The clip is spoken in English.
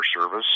service